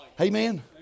amen